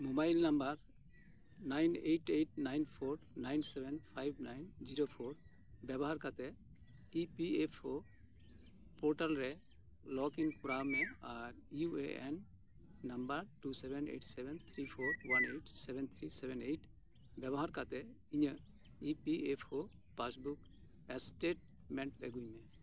mobile number nine eight eight nine four nine seven five nine zero four ᱵᱮᱵᱚᱦᱟᱨ ᱠᱟᱛᱮᱫ E P F O portal ᱨᱮ login ᱠᱚᱨᱟᱣ ᱢᱮ ᱟᱨ U A N number two seven eight seven three four one eight seven three seven eight ᱵᱮᱵᱚᱦᱟᱨ ᱠᱟᱛᱮᱫ ᱤᱧᱟᱹᱜ P F O passbook statement ᱟᱹᱜᱩᱭ ᱢᱮ